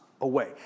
away